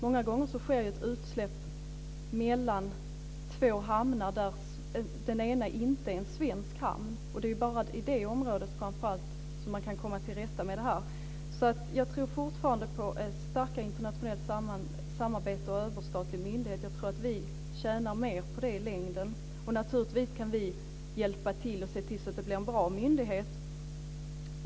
Många gånger sker ju utsläpp mellan två hamnar där den ena inte är en svensk hamn. Det är bara i det området, framför allt, som man kan komma till rätta med det här. Så jag tror fortfarande på ett starkare internationellt samarbete och på en överstatlig myndighet. Jag tror att vi tjänar mer på det i längden. Naturligtvis kan vi hjälpa till och se till att det blir en bra myndighet.